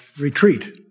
retreat